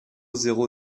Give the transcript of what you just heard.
zéro